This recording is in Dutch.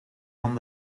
van